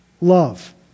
love